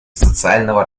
социального